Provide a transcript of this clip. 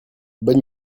bonne